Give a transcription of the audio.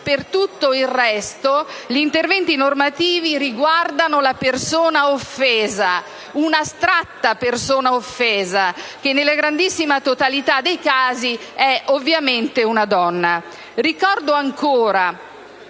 Per tutto il resto, gli interventi normativi riguardano la persona offesa, un'astratta persona offesa, che nella grandissima totalità dei casi è ovviamente una donna. Ricordo ancora,